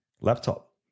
laptop